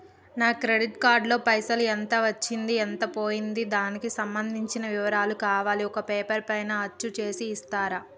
నా credit card లో పైసలు ఎంత వచ్చింది ఎంత పోయింది దానికి సంబంధించిన వివరాలు కావాలి ఒక పేపర్ పైన అచ్చు చేసి ఇస్తరా?